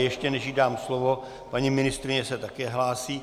Ještě než jí dám slovo, paní ministryně se také hlásí.